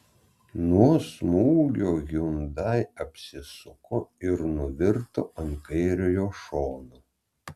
nuo smūgio hyundai apsisuko ir nuvirto ant kairiojo šono